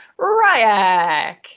Ryak